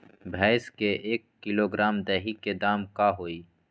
भैस के एक किलोग्राम दही के दाम का होई?